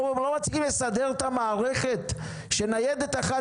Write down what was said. לא מצליחים לסדר את המערכת שניידת אחת